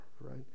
right